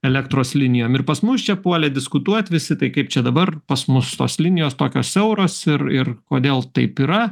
elektros linijom ir pas mus čia puolė diskutuot visi tai kaip čia dabar pas mus tos linijos tokios siauros ir ir kodėl taip yra